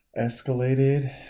escalated